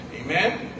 Amen